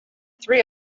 three